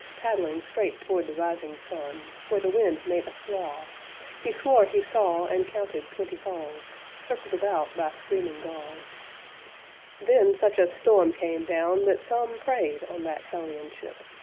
paddling straight toward the rising sun, where the wind made a flaw he swore he saw and counted twenty hulls, circled about by screaming gulls then such a storm came down that some prayed on that hellion ship,